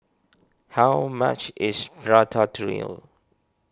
how much is Ratatouille